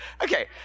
Okay